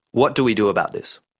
what do we do about this?